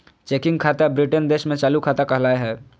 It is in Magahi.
चेकिंग खाता ब्रिटेन देश में चालू खाता कहला हय